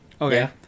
Okay